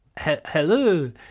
hello